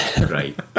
great